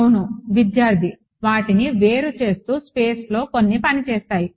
అవును విద్యార్థి వాటిని వేరు చేస్తూ స్పేస్లో కొన్ని పని చేస్తాయి